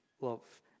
love